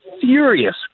furious